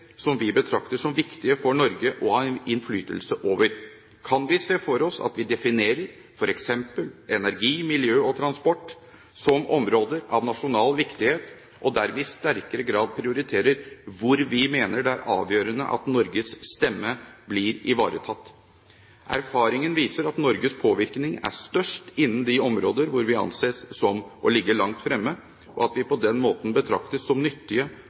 som vi betrakter som viktige for Norge å ha innflytelse over. Kan vi se for oss at vi definerer f.eks. energi, miljø og transport som områder av nasjonal viktighet, og der vi i sterkere grad prioriterer hvor vi mener det er avgjørende at Norges stemme blir ivaretatt? Erfaringen viser at Norges påvirkning er størst innen de områder hvor vi anses som å ligge langt fremme, og at vi på den måten betraktes som nyttige